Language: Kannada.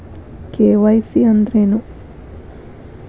ಕೆ.ವೈ.ಸಿ ಅಂದ್ರೇನು?